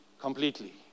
completely